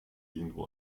irgendwo